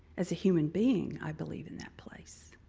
as a human being, i believe in that place.